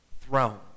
throne